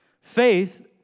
Faith